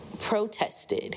protested